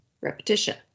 repetition